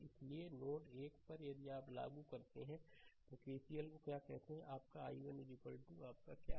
इसलिए नोड 1 पर यदि आप यह लागू करते हैं कि यहां केसीएल को क्या कहते हैं तो यह आपका i1 आपका क्या है